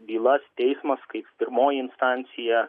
bylas teismas kaip pirmoji instancija